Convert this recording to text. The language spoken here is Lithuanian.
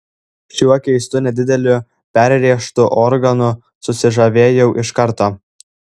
šiuo keistu nedideliu perrėžtu organu susižavėjau iš karto